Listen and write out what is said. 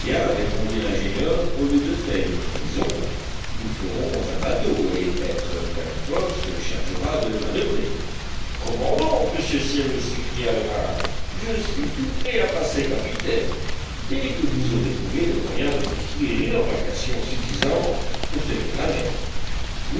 répondit l'ingénieur au lieu de faire une maison nous ferons un bateau et maître pencroff se chargera de le manoeuvrer comment donc monsieur cyrus s'écria le marin je suis tout prêt à passer capitaine dès que vous aurez trouvé le moyen de construire une embarcation suffisante pour tenir la mer